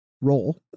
role